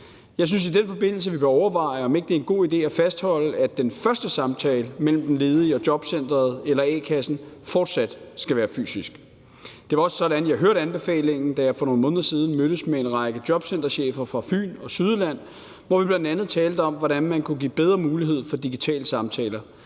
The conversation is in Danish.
Jeg synes i den forbindelse, at vi skal overveje, om ikke det er en god idé at fastholde, at den første samtale mellem den ledige og jobcenteret eller a-kassen fortsat skal være fysisk. Det var også sådan, jeg hørte anbefalingen, da jeg for nogle måneder siden mødtes med en række jobcenterchefer fra Fyn og Sydjylland, hvor vi bl.a. talte om, hvordan man kunne give bedre mulighed for digitale samtaler.